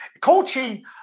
coaching